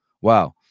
wow